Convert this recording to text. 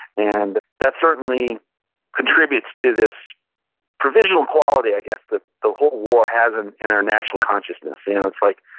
and that certainly contributes to this provisional quality i guess that the whole war has in in our national consciousness. you know it's like,